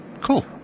Cool